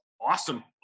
Awesome